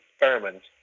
experiments